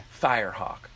Firehawk